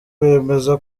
bemeza